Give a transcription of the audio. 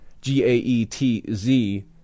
G-A-E-T-Z